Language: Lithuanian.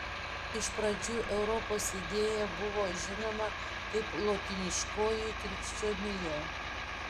iš pradžių europos idėja buvo žinoma kaip lotyniškoji krikščionija